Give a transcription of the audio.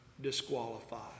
disqualified